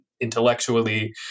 intellectually